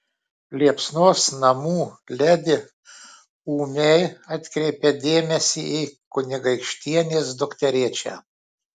liepsnos namų ledi ūmiai atkreipia dėmesį į kunigaikštienės dukterėčią